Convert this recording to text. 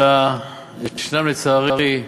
אלא יש, לצערי,